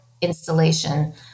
installation